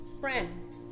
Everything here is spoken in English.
friend